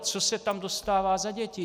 Co se tam dostává za děti.